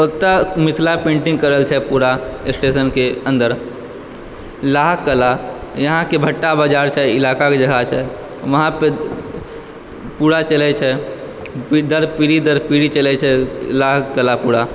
ओतऽ मिथिला पेन्टिंग करल छै पूरा स्टेशनके अन्दर लाह कला यहाँके भट्टा बाजार छै इलाकाके जगह छै वहाँपर पूरा चलै छै पीढ़ी दर पीढ़ी दर पीढ़ी चलै छै लाह कला पूरा